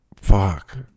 fuck